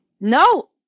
no